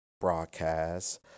Broadcast